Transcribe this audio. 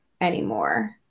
anymore